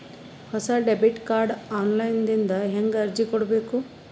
ಹೊಸ debit card online ದಿಂದ ಹೇಂಗ ಅರ್ಜಿ ಕೊಡಬೇಕು?